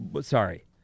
Sorry